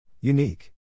Unique